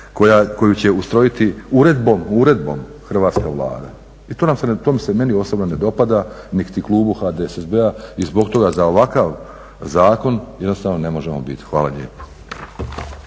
koju će ustrojiti uredbom Hrvatska Vlada i to se meni osobno ne dopada niti klubu HDSSB-a i zbog toga za ovakav zakon jednostavno ne možemo biti. Hvala lijepo.